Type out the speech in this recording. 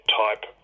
type